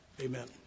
amen